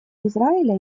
израиля